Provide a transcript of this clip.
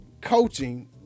coaching –